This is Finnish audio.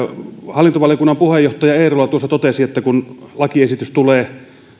hallintovaliokunnan puheenjohtaja eerola tuossa totesi että lakiesitys tulee